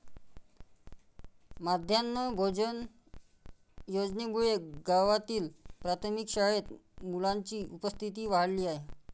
माध्यान्ह भोजन योजनेमुळे गावातील प्राथमिक शाळेत मुलांची उपस्थिती वाढली आहे